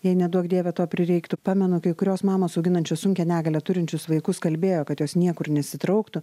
jei neduok dieve to prireiktų pamenu kai kurios mamos auginančios sunkią negalią turinčius vaikus kalbėjo kad jos niekur nesitrauktų